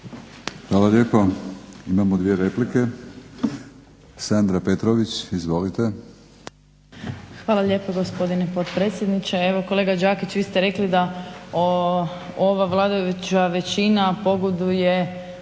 Hvala lijepo. Imamo dvije replike, Sandra Petrović. Izvolite. **Petrović Jakovina, Sandra (SDP)** Hvala lijepo gospodine potpredsjedniče. Evo kolega Đakić vi ste rekli da ova vladajuća većina pogoduje